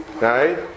right